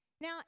Now